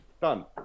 Done